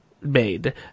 made